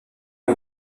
ont